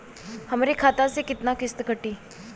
हमरे खाता से कितना किस्त कटी?